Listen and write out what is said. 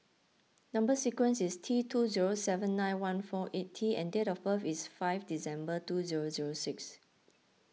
Number Sequence is T two zero seven nine one four eight T and date of birth is five December two zero zero six